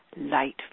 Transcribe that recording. light